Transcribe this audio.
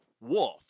wolf